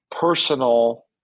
personal